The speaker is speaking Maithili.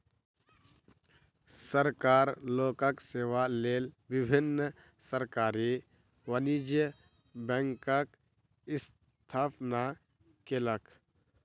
सरकार लोकक सेवा लेल विभिन्न सरकारी वाणिज्य बैंकक स्थापना केलक